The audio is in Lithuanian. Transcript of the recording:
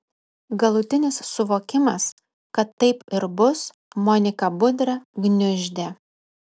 galutinis suvokimas kad taip ir bus moniką budrę gniuždė